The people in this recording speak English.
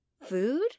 Food